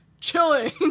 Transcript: chilling